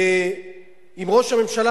ואם ראש הממשלה,